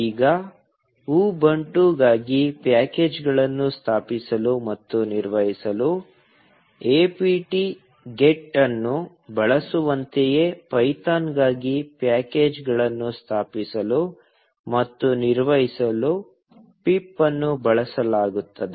ಈಗ ಉಬುಂಟುಗಾಗಿ ಪ್ಯಾಕೇಜ್ಗಳನ್ನು ಸ್ಥಾಪಿಸಲು ಮತ್ತು ನಿರ್ವಹಿಸಲು apt get ಅನ್ನು ಬಳಸುವಂತೆಯೇ ಪೈಥಾನ್ಗಾಗಿ ಪ್ಯಾಕೇಜ್ಗಳನ್ನು ಸ್ಥಾಪಿಸಲು ಮತ್ತು ನಿರ್ವಹಿಸಲು pip ಅನ್ನು ಬಳಸಲಾಗುತ್ತದೆ